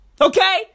Okay